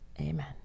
amen